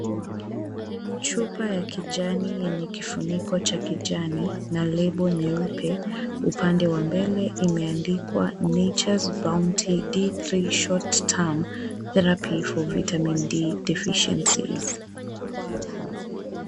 Chupa ya kijani yenye kifuniko cha kijani na label nyeupe. Upande wa mbele imeandikwa Natures Bounty D3 Short Term therapy for Vitamin D deficiencies.